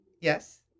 yes